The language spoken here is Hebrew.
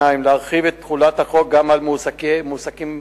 2. להרחיב את תחולת החוק גם על מועסקות נשים,